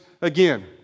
again